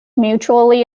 mutually